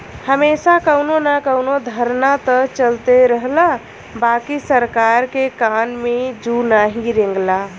हमेशा कउनो न कउनो धरना त चलते रहला बाकि सरकार के कान में जू नाही रेंगला